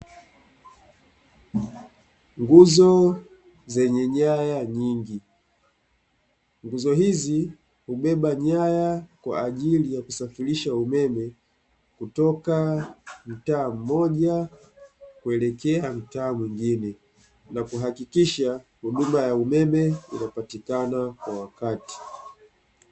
Nguzo zenye nyaya nyingi. Nguzo hizi hubeba nyaya kwaaajili ya kusafirisha umeme kutoka mtaa mmoja kuelekea mtaa mwingine na kuhakikisha huduma ya umeme inapatikana kwa wakati.